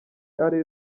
ari